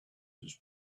his